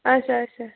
آچھا آچھا